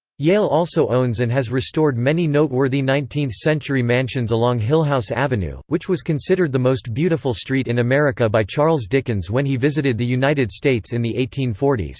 yale also owns and has restored many noteworthy nineteenth century mansions along hillhouse avenue, which was considered the most beautiful street in america by charles dickens when he visited the united states in the eighteen forty s.